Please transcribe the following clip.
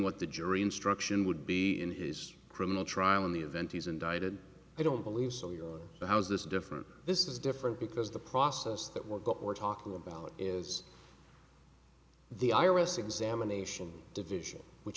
what the jury instruction would be in his criminal trial in the event he's indicted i don't believe so you know how is this different this is different because the process that we're got we're talking about is the iris examination division which